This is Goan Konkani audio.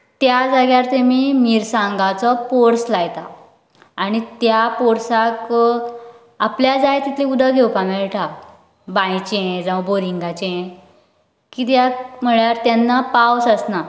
त्या जाग्यार तेमी मिरसांगाचो पोरस लायता आनी त्या पोरसाक आपल्या जाय तितले उदक घेवपाक मेळटा बांयचें जावं बोरींगचें कित्याक म्हळ्यार तेन्ना पावस आसना